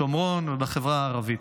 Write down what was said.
בשומרון ובחברה הערבית.